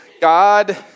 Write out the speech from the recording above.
God